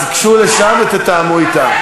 אז גשו לשם ותתאמו אתה.